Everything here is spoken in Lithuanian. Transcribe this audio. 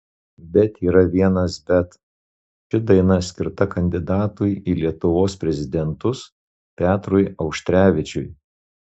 bet yra vienas bet ši daina skirta kandidatui į lietuvos prezidentus petrui auštrevičiui